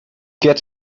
get